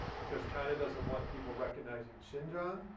because china doesn't want people recognizing xinjiang,